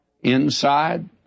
inside